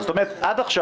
עד עכשיו,